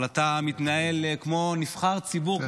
אבל אתה מתנהל כמו נבחר ציבור,